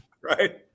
Right